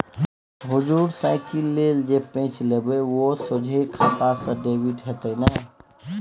हुजुर साइकिल लेल जे पैंच लेबय ओ सोझे खाता सँ डेबिट हेतेय न